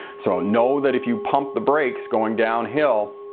so know that if you pump the brakes going down hill,